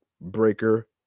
Breaker